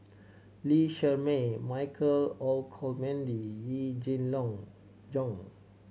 Lee Shermay Michael Olcomendy Yee Jenn long Jong